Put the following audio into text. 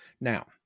Now